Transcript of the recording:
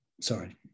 sorry